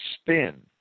spin